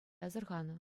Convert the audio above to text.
асӑрханӑ